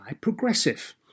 Progressive